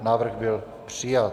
Návrh byl přijat.